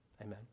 Amen